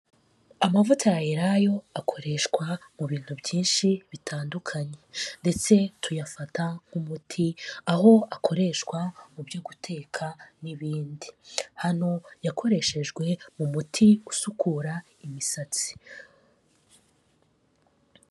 Amavuta ya elayo akoreshwa mu bintu byinshi bitandukanye, ndetse tuyafata nk'umuti aho akoreshwa mu byo guteka, n'ibindi hano yakoreshejwe mu muti usukura imisatsi.